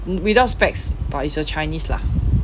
without specs but it's a chinese lah